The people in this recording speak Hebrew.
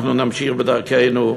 אנחנו נמשיך בדרכנו.